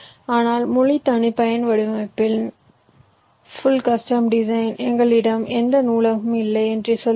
ஆனால் முழு தனிப்பயன் வடிவமைப்பில் எங்களிடம் எந்த நூலகமும் இல்லை என்று சொல்கிறோம்